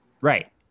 Right